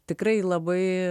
tikrai labai